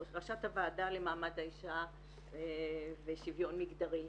ראשת הוועדה למעמד האישה ושוויון מגדרי.